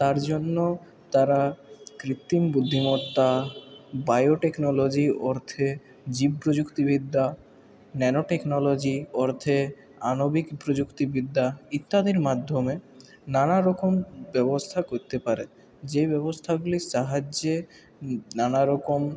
তার জন্য তারা কৃত্রিম বুদ্ধিমত্তা বায়ো টেকনোলোজি অর্থে জীব প্রযুক্তিবিদ্যা ন্যানো টেকনোলোজি অর্থে আনবিক প্রযুক্তিবিদ্যা ইত্যাদির মাধ্যমে নানারকম ব্যবস্থা করতে পারে যেই ব্যবস্থাগুলির সাহায্যে নানারকম